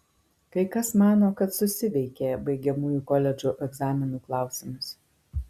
kai kas mano kad susiveikė baigiamųjų koledžo egzaminų klausimus